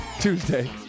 Tuesday